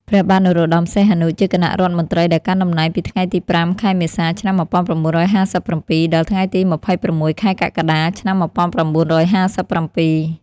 ព្រះបាទនរោត្តម សីហនុ ជាគណៈរដ្ឋមន្ត្រីដែលកាន់តំណែងពីថ្ងៃទី៥ ខែមេសា ឆ្នាំ១៩៥៧ ដល់ថ្ងៃទី ២៦ ខែកក្កដា ឆ្នាំ១៩៥៧។